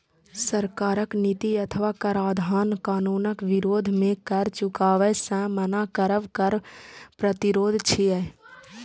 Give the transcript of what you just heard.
सरकारक नीति अथवा कराधान कानूनक विरोध मे कर चुकाबै सं मना करब कर प्रतिरोध छियै